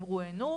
הם רואיינו,